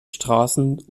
straßen